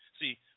See